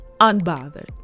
unbothered